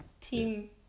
Team